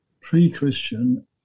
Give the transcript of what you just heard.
pre-Christian